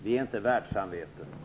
Vi är inte världssamvetet.